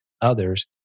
others